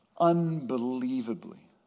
unbelievably